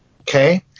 Okay